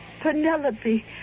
Penelope